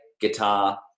guitar